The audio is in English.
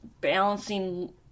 balancing